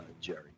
Jerry